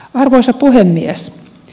arvoisa puhemies